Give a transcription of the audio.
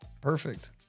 Perfect